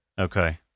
Okay